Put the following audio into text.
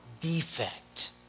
defect